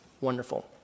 wonderful